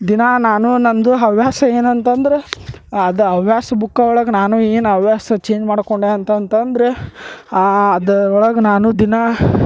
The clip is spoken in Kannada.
ದಿನ ನಾನು ನನ್ನದು ಹವ್ಯಾಸ ಏನಂತಂದ್ರೆ ಅದು ಹವ್ಯಾಸ ಬುಕ್ಕ ಒಳಗೆ ನಾನೂ ಏನು ಹವ್ಯಾಸ ಚೇಂಜ್ ಮಾಡ್ಕೊಂಡೆ ಅಂತ ಅಂತ ಅಂದ್ರೆ ಅದು ಒಳಗೆ ನಾನು ದಿನ